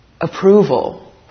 approval